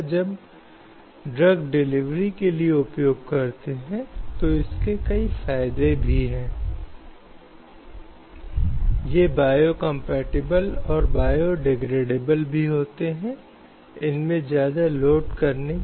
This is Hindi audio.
पिछले व्याख्यान में हमने महिलाओं के अधिकारों की रक्षा के संबंध में संवैधानिक गारंटी के संबंध में चर्चा शुरू की